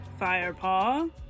Firepaw